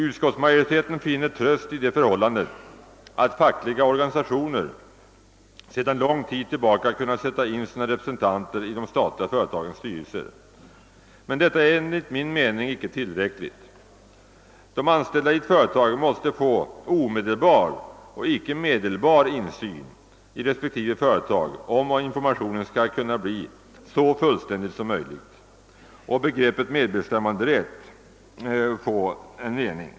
Utskottsmajoriteten finner tröst i det förhållandet att fackliga organisationer sedan lång tid kunnat sätta in sina representanter i de statliga företagens styrelser, men detta är enligt min mening inte tillräckligt. De anställda i ett företag måste få omedelbar, icke medelbar, insyn i respektive företag om informationen skall kunna bli så fullständig som möjligt och begreppet medbestämmanderätt få en me ning.